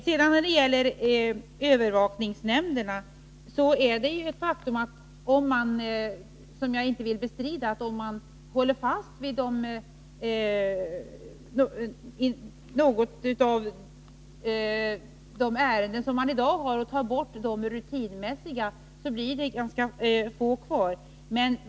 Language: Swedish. När det sedan gäller övervakningsnämnderna är det ju ett faktum, som jag inte vill bestrida, att om man tar bort de rutinmässiga ärendena blir det ganska få kvar.